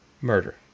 murder